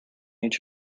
each